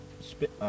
spit